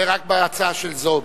זה רק בהצעתה של זועבי.